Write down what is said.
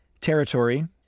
territory